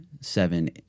seven